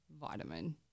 vitamin